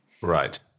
Right